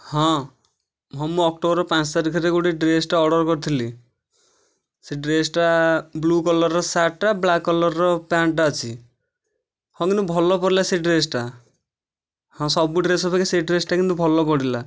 ହଁ ହଁ ମୁଁ ଅକ୍ଟୋବର ପାଞ୍ଚ ତାରିଖରେ ଗୋଟେ ଡ୍ରେସଟା ଅର୍ଡର କରିଥିଲି ସେ ଡ୍ରେସଟା ବ୍ଳୁ କଲରର ସାର୍ଟଟା ବ୍ଳାକ କଲରର ପ୍ୟାଣ୍ଟଟା ଅଛି ହଁ କିନ୍ତୁ ଭଲ ପଡ଼ିଲା ସେ ଡ୍ରେସଟା ହଁ ସବୁ ଡ୍ରେସ ଅପେକ୍ଷା ସେ ଡ୍ରେସଟା କିନ୍ତୁ ଭଲ ପଡ଼ିଲା